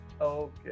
Okay